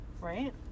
Right